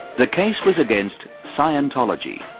the case was against scientology.